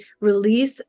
release